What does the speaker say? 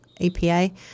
EPA